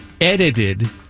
Edited